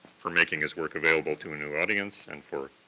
for making his work available to a new audience, and for